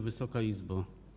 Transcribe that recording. Wysoka Izbo!